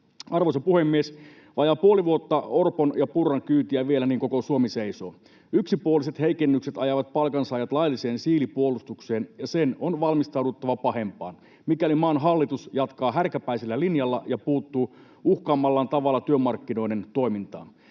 Arvoisa puhemies! Vajaat puoli vuotta Orpon ja Purran kyytiä vielä, niin koko Suomi seisoo. Yksipuoliset heikennykset ajavat palkansaajat lailliseen siilipuolustukseen, ja niiden on valmistauduttava pahempaan, mikäli maan hallitus jatkaa härkäpäisellä linjalla ja puuttuu uhkaamallaan tavalla työmarkkinoiden toimintaan.